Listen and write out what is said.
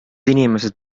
inimesed